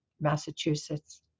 Massachusetts